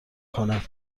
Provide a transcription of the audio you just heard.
کند